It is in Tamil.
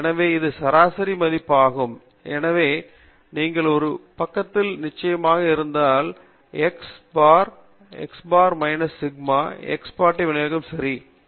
எனவே இது சராசரி மதிப்பாக இருக்கும் எனவே நீங்கள் இரு பக்கத்திலும் ஒரு நியமச்சாய்வு இருந்தால் x பார் மற்றும் சிக்மா மற்றும் x bar minus sigma x பட்டை விநியோகத்தின் சராசரி